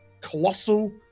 colossal